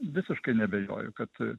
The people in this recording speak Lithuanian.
visiškai neabejoju kad